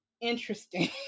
interesting